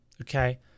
Okay